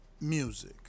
music